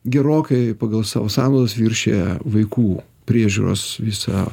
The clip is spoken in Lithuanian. gerokai pagal savo sąnaudas viršija vaikų priežiūros visą